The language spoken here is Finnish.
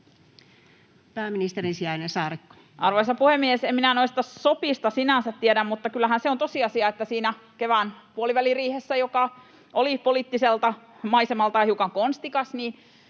liik) Time: 16:14 Content: Arvoisa puhemies! En minä noista sopista sinänsä tiedä, mutta kyllähän se on tosiasia, että siinä kevään puoliväliriihen yhteydessä, joka oli poliittiselta maisemaltaan hiukan konstikas,